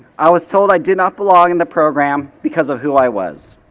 i was told i did not belong in the program because of who i was.